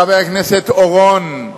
חבר הכנסת אורון,